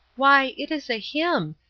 why it is a hymn!